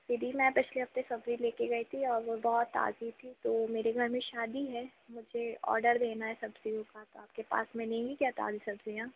दीदी मैं पिछले हफ़्ते सब्ज़ी लेकर गई थी और वो बहुत ताज़ी थीं तो मेरे घर में शादी है मुझे आर्डर देना है सब्ज़ियों का तो आपके पास मिलेंगी क्या ताज़ी सब्ज़ियां